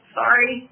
sorry